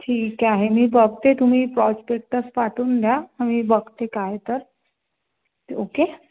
ठीक आहे मी बघते तुम्ही प्रॉस्पेक्टस पाठवून द्या मग मी बघते काय तर ओके